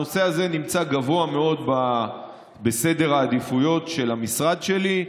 הנושא הזה נמצא גבוה מאוד בסדר העדיפויות של המשרד שלי,